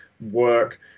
work